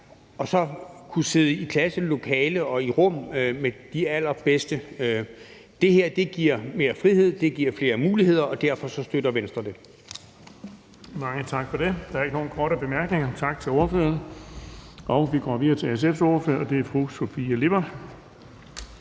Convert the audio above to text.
er – og sidde i klasselokale og i rum med de allerbedste. Det her giver mere frihed, det giver flere muligheder, og derfor støtter Venstre det. Kl. 13:55 Den fg. formand (Erling Bonnesen): Mange tak for det. Der er ikke nogen korte bemærkninger, så tak til ordføreren. Vi går videre til SF's ordfører, og det er fru Sofie Lippert.